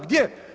Gdje?